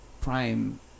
prime